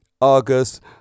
August